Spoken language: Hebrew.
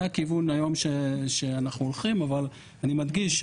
זה הכיוון היום שאנחנו הולכים אבל אני מדגיש,